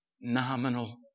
nominal